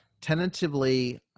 tentatively